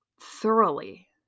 thoroughly